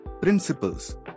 Principles